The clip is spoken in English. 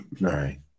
right